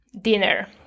dinner